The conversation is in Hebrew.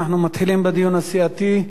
אנחנו מתחילים בדיון הסיעתי.